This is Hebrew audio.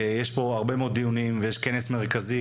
יש פה הרבה מאוד דיונים, ויש כנס מרכזי.